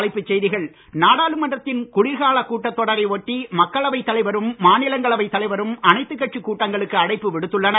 மீண்டும் தலைப்புச் செய்திகள் நாடாளுமன்றத்தின் குளிர்காலக் கூட்டத்தொடரை ஒட்டி மக்களவைத் தலைவரும் மாநிலங்களவைத் தலைவரும் அனைத்துக் கட்சிக் கூட்டங்களுக்கு அழைப்பு விடுத்துள்ளனர்